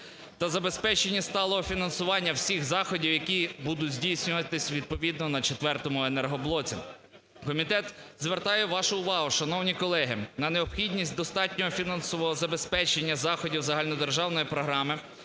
та забезпечення сталого фінансування всіх заходів, які будуть здійснюватись відповідно на четвертому енергоблоці. Комітет звертає вашу увагу, шановні колеги, на необхідність достатнього фінансового забезпечення заходів загальнодержавної програми,